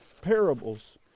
parables